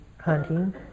hunting